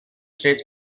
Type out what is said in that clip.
states